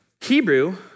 Hebrew